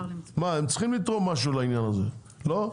הם צריכים לתרום משהו לעניין הזה, לא?